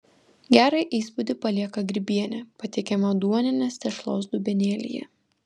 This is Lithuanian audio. gerą įspūdį palieka grybienė patiekiama duoninės tešlos dubenėlyje